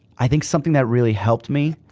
i think something that really helped me